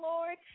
Lord